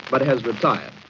but has retired.